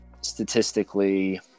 statistically